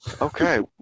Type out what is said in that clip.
Okay